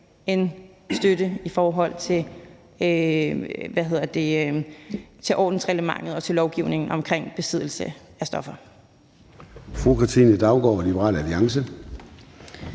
end støtte i forhold til ordensreglementet og til lovgivningen omkring besiddelse af stoffer.